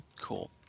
Cool